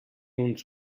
uns